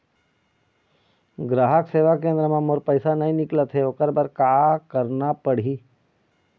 ग्राहक सेवा केंद्र म मोर पैसा नई निकलत हे, ओकर बर का करना पढ़हि?